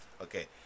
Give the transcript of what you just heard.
Okay